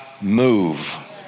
move